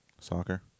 Soccer